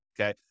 okay